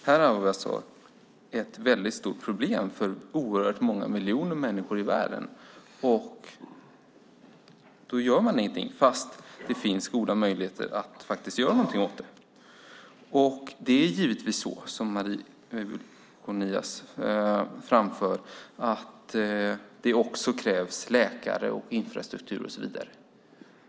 Här har vi ett väldigt stort problem för oerhört många miljoner människor i världen. Men man gör ingenting fastän det finns goda möjligheter att göra något åt det. Givetvis är det så som Marie Weibull Kornias framför, nämligen att det också krävs läkare, infrastruktur och så vidare.